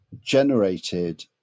generated